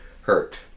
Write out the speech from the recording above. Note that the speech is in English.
hurt